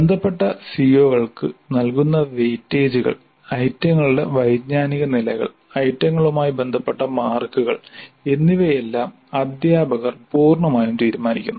ബന്ധപ്പെട്ട സിഒകൾക്ക് നൽകുന്ന വെയിറ്റേജുകൾ ഐറ്റങ്ങളുടെ വൈജ്ഞാനിക നിലകൾ ഐറ്റങ്ങളുമായി ബന്ധപ്പെട്ട മാർക്കുകൾ എന്നിവയെല്ലാം അധ്യാപകർ പൂർണ്ണമായും തീരുമാനിക്കുന്നു